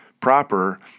proper